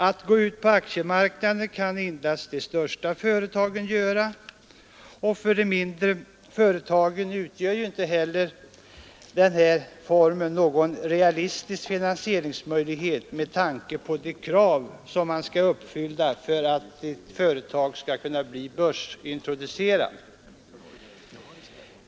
Att gå ut på aktiemarknaden kan endast de största företagen göra. För de mindre företagen utgör inte heller den här formen någon realistisk finansieringsmöjlighet med tanke på de krav som man skall uppfylla för att ett företag skall kunna bli börsintroducerat.